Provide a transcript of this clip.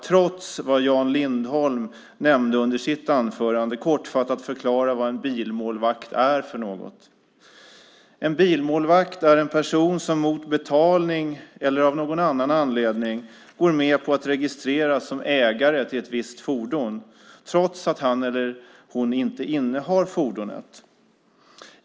Trots vad Jan Lindholm nämnde under sitt anförande ska jag kortfattat förklara vad en bilmålvakt är. En bilmålvakt är en person som mot betalning eller av någon annan anledning går med på att registreras som ägare till ett visst fordon, trots att han eller hon inte innehar fordonet.